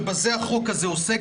ובזה החוק הזה עוסק,